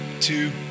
two